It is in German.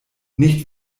nicht